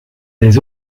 des